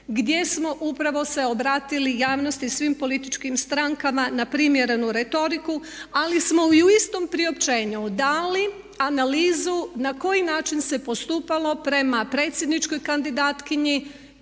gdje smo upravo se obratili javnosti i svim političkim strankama na primjerenu retoriku, ali smo i u istom priopćenju dali analizu na koji način se postupalo prema predsjedničkoj kandidatkinji,